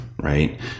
Right